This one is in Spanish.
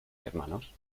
hermanos